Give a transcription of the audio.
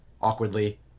awkwardly